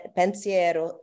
pensiero